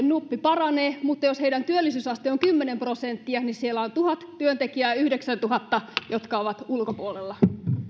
nuppi paranee mutta jos heidän työllisyysasteensa on kymmenen prosenttia niin siellä on tuhat työntekijää ja yhdeksäntuhatta jotka ovat ulkopuolella